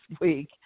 week